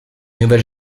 nouvelle